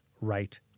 right